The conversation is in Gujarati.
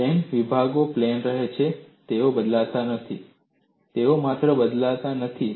પ્લેન વિભાગો પ્લેન રહે છે તેઓ બદલાતા નથી તેઓ માત્ર બદલાતા નથી